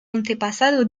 antepasado